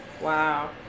Wow